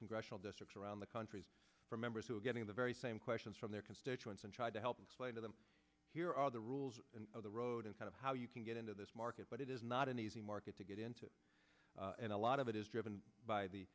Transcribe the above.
congressional districts around the country for members who are getting the very same questions from their constituents and tried to help explain to them here are the rules of the road and kind of how you can get into this market but it is not an easy market to get into and a lot of it is driven by the